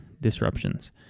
disruptions